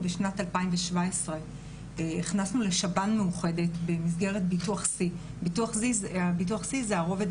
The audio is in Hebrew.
אנחנו בשנת 2017 הכנסנו לשב"ן מאוחדת במסגרת ביטוח C שזה ביטוח